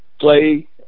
play